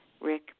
Rick